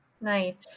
nice